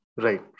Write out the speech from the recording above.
Right